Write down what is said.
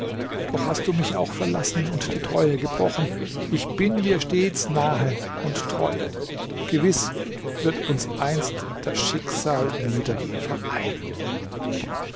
doch hast du mich auch verlassen und die treue gebrochen ich bin dir stets nahe und treu gewiß wird uns einst das schicksal wieder vereinen